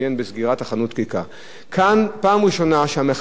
כאן, פעם ראשונה שהמחאה החברתית באה לידי ביטוי.